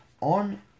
on